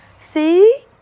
See